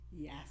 Yes